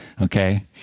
Okay